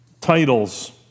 titles